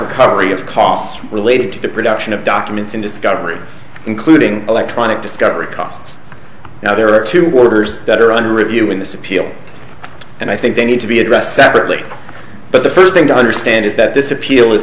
recovery of costs related to the production of documents in discovery including electronic discovery costs now there are two waters that are under review in this appeal and i think they need to be addressed separately but the first thing to understand is that this appeal is